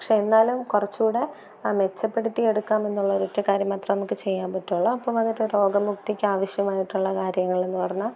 പക്ഷെ എന്നാലും കുറച്ചും കൂടെ മെച്ചപ്പെട്ത്തി എടുക്കാമെന്നുള്ള ഒരൊറ്റക്കാര്യം മാത്രം നമുക്ക് ചെയ്യാന് പറ്റുകയുള്ളു അപ്പം അതിട്ട് രോഗ മുക്തിയ്ക്ക് ആവശ്യമായിട്ടുള്ള കാര്യങ്ങളെന്ന് പറഞ്ഞാൽ